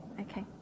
okay